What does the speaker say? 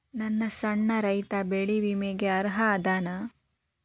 ನನ್ನಂತ ಸಣ್ಣ ರೈತಾ ಬೆಳಿ ವಿಮೆಗೆ ಅರ್ಹ ಅದನಾ?